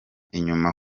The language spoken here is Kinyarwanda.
inyuma